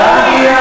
זה העולם.